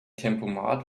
tempomat